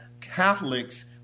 Catholics